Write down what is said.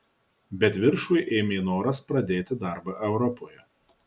bet viršų ėmė noras pradėti darbą europoje